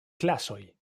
klasoj